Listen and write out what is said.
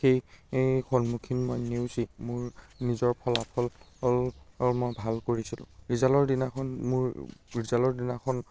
সেই সন্মুখীন মই নেওচি মোৰ নিজৰ ফলাফল মই ভাল কৰিছিলোঁ ৰিজাল্টৰ দিনাখন মোৰ ৰিজাল্টৰ দিনাখন